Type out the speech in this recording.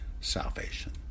salvation